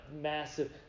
massive